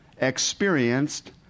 experienced